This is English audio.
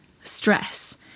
stress